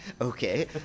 Okay